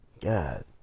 God